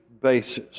basis